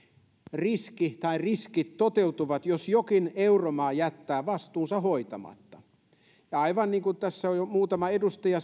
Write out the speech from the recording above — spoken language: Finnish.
riski tai riskit toteutuvat jos jokin euromaa jättää vastuunsa hoitamatta ja aivan niin kuin tässä on jo muutama edustaja